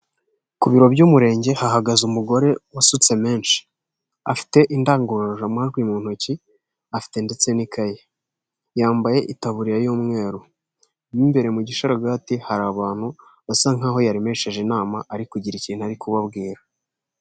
Ku biro by'umurenge hahagaze umugore wasutse menshi; afite indangururamajwi mu ntoki, afite ndetse n'ikayi; yambaye itaburiya y'umweru; mu imbere mu gisharagati hari abantu basa nkaho yaremesheje inama; ari kugira ikintu ari kubabwira.